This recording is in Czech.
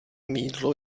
mýdlo